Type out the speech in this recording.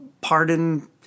pardon